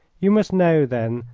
you must know, then,